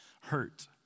hurt